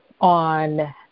on